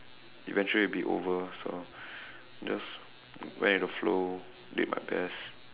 eventually it'll be over sort of just went with the flow did my best